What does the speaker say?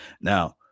Now